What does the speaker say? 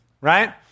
right